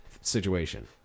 situation